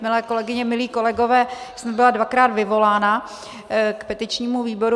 Milé kolegyně, milí kolegové, já jsem byla dvakrát vyvolána k petičnímu výboru.